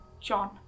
John